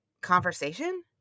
conversation